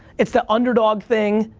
it's the underdog thing.